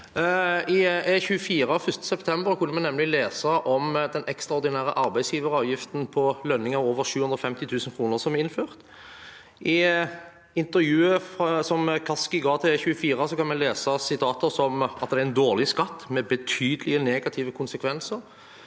I E24 1. september kunne vi nemlig lese om den ekstraordinære arbeidsgiveravgiften som er innført for lønninger på over 750 000 kr. I intervjuet som Kaski ga til E24, kan vi lese utsagn som at det er en dårlig skatt med betydelige negative konsekvenser,